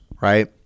right